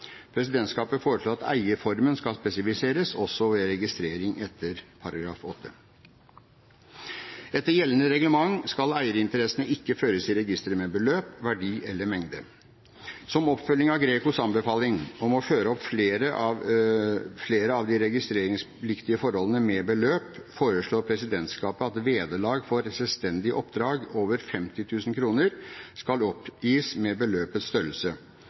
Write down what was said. Presidentskapet foreslår at eierformen skal spesifiseres også ved registrering etter § 8. Etter gjeldende reglement skal eierinteressene ikke føres i registeret med beløp, verdi eller mengde. Som oppfølging av GRECOs anbefaling om å føre opp flere av de registreringspliktige forholdene med beløp foreslår presidentskapet at vederlag for selvstendige oppdrag over 50 000 kr skal oppgis med beløpets størrelse.